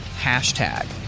hashtag